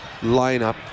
lineup